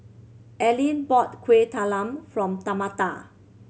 Alene bought Kueh Talam from Tamatha